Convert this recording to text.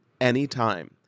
anytime